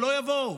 שלא יבואו.